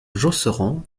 josserand